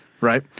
right